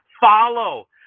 Follow